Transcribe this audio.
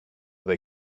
they